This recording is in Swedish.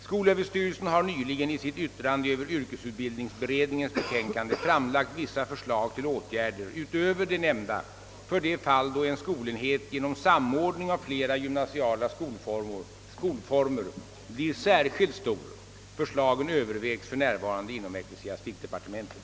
Skolöverstyrelsen har nyligen i sitt yttrande över yrkesutbildningsberedningens betänkande framlagt vissa förslag till åtgärder utöver de nämnda för det fall då en skolenhet, genom samordning av flera gymnasiala skolformer, blir särskilt stor. Förslagen övervägs för närvarande inom ecklesiastikdepartementet.